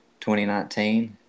2019